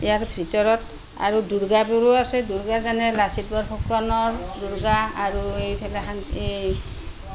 ইয়াৰ ভিতৰত আৰু দুৰ্গাবোৰো আছে দূৰ্গা যেনে লাচিত বৰফুকনৰ দুৰ্গা আৰু এখান এই